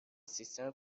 سیستم